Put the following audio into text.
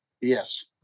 Yes